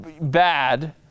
bad